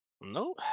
No